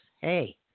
Hey